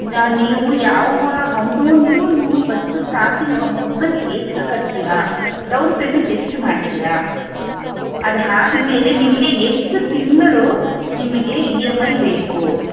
ಈಗ ನೀವು ಯಾವ ಅಮೌಂಟು ನೀವು ಫಸ್ಟ್ ಸ್ಟಾರ್ಟಿಂಗ್ ಅಮೌಂಟನ್ನ ನೀವು ಎಷ್ಟು ಕಟ್ತೀರ ಡೌನ್ ಪೇಮೆಂಟ್ ಎಷ್ಟು ಮಾಡ್ತೀರ ಅದು ಆದ್ಮೇಲೆ ನಿಮಗೆ ಎಷ್ಟು ತಿಂಗಳು ನಿಮಗೆ ಇ ಎಮ್ ಐ ಬೇಕು